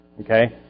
okay